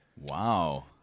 Wow